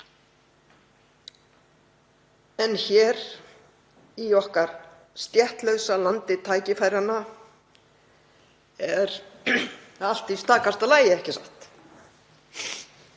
En hér í okkar stéttlausa landi tækifæranna er allt í stakasta lagi, ekki satt?